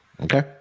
Okay